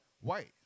white